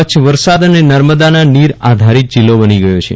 કચ્છ વરસાદ અને નર્મદાના નીરઆધારીત જિલ્લો બની ગયો છે